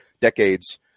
decades